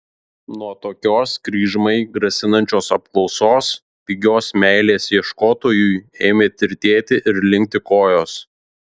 nuo tokios kryžmai grasinančios apklausos pigios meilės ieškotojui ėmė tirtėti ir linkti kojos